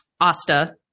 Asta